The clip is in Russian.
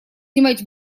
снимать